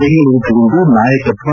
ಬೆಂಗಳೂರಿನಲ್ಲಿಂದು ನಾಯಕತ್ವ